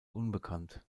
unbekannt